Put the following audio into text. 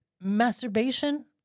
Masturbation